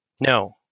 No